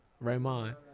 Raymond